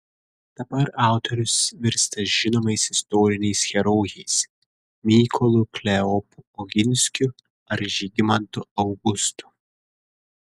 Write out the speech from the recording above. dabar autorius virsta žinomais istoriniais herojais mykolu kleopu oginskiu ar žygimantu augustu